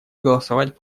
голосовать